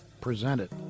presented